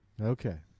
Okay